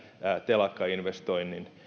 telakkainvestoinnit